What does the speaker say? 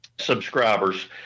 subscribers